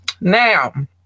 now